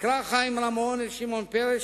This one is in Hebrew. נקרא חיים רמון אל שמעון פרס,